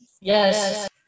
yes